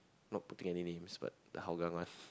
not putting any names but the Hougang one